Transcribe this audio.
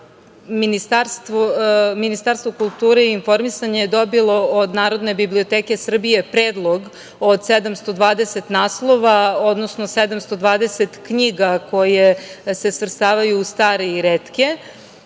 Ministarstvo kulture i informisanja je dobilo od Narodne biblioteke Srbije predlog od 720 naslova, odnosno 720 knjiga koje se svrstavaju u stare i retke.